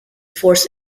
force